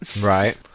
Right